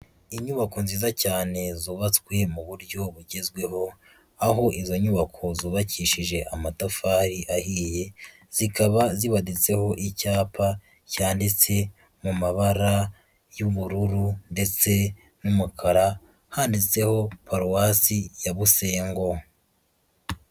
Inyubako nziza cyane zubatswe mu buryo bugezweho, aho izo nyubako zubakishije amatafari ahiye, zikaba zibaditseho icyapa cyanditse mu mabara y'ubururu ndetse n'umukara, handitseho paruwasi ya Busengo.